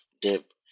dip